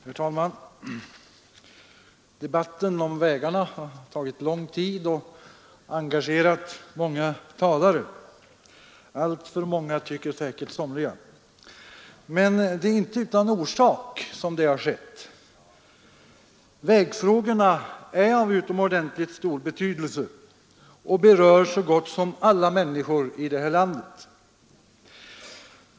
Herr talman! Debatten om vägarna har tagit lång tid och engagerat många talare — alltför många, tycker säkert somliga. Men det är inte utan orsak som det har skett. Vägfrågorna är av utomordentligt stor vikt och berör så gott som alla människor i det här landet.